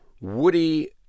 Woody